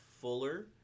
Fuller